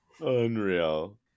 Unreal